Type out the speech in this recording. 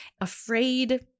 afraid